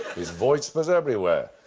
his voice was everywhere!